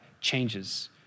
changes